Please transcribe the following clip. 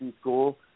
school